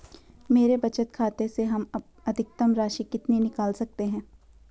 मेरे बचत खाते से हम अधिकतम राशि कितनी निकाल सकते हैं?